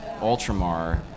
Ultramar